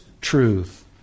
truth